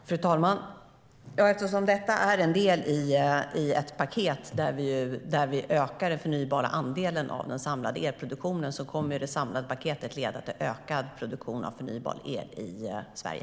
Fru talman! Eftersom detta är en del i ett paket där vi ökar den förnybara andelen av den samlade elproduktionen kommer det samlade paketet att leda till öka produktion av förnybar el i Sverige.